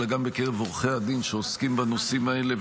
אלא גם בקרב עורכי הדין שעוסקים בנושאים האלה,